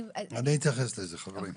אני אתייחס לזה, חברים.